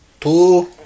Two